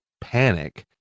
panic